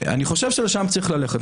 אני חושב שלשם צריך ללכת.